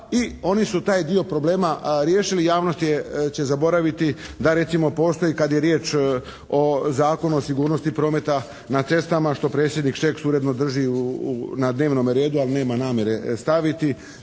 i oni su taj dio problema riješili i javnost će zaboraviti da recimo postoji, kad je riječ o Zakonu o sigurnosti prometa na cestama, što predsjednik Šeks uredno drži na dnevnome redu ali nema namjere staviti